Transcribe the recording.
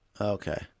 Okay